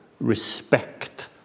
respect